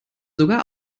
sogar